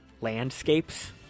landscapes